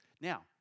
Now